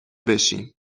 بشین